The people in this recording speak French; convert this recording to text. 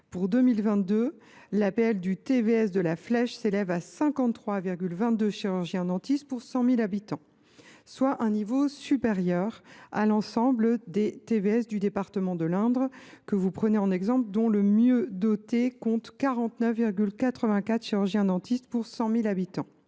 Pour 2022, l’APL du TVS de La Flèche s’élève à 53,22 chirurgiens dentistes pour 100 000 habitants, soit un niveau supérieur à l’ensemble des TVS du département de l’Indre que vous prenez en exemple, dont le mieux doté compte 49,84 chirurgiens dentistes pour 100 000 habitants.